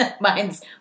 mine's